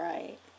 Right